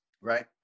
Right